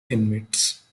inmates